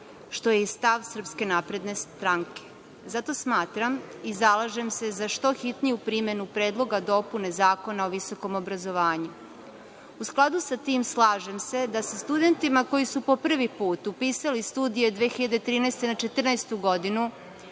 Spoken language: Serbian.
što je i stav SNS. Zato smatram i zalažem se za što hitniju primenu Predloga dopune Zakona o visokom obrazovanju.U skladu sa tim, slažem se da se studentima koji su po prvi put upisali studije 2013. na 2014. godinu